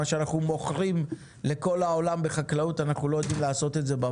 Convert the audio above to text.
מה שאנחנו מוכרים לחקלאים בכל העולם אנחנו לא עושים אצלנו.